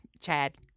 Chad